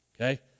okay